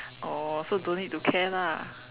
oh so don't need to care lah